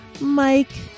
Mike